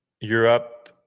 Europe